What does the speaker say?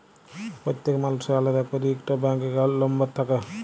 প্যত্তেক মালুসের আলেদা ক্যইরে ইকট ব্যাংক একাউল্ট লম্বর থ্যাকে